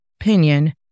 opinion